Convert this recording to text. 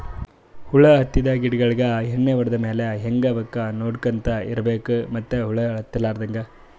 ಹುಳ ಹತ್ತಿದ್ ಗಿಡಗೋಳಿಗ್ ಎಣ್ಣಿ ಹೊಡದ್ ಮ್ಯಾಲ್ ಹಂಗೆ ಅವಕ್ಕ್ ನೋಡ್ಕೊಂತ್ ಇರ್ಬೆಕ್ ಮತ್ತ್ ಹುಳ ಹತ್ತಲಾರದಂಗ್